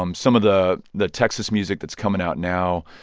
um some of the the texas music that's coming out now,